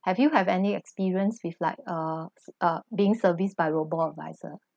have you have any experience with like uh uh being serviced by robo-adviser